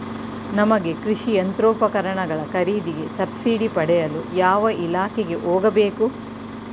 ನಮಗೆ ಕೃಷಿ ಯಂತ್ರೋಪಕರಣಗಳ ಖರೀದಿಗೆ ಸಬ್ಸಿಡಿ ಪಡೆಯಲು ಯಾವ ಇಲಾಖೆಗೆ ಹೋಗಬೇಕು?